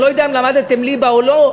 אני לא יודע אם למדת ליבה או לא,